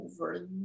over